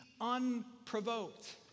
unprovoked